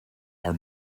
are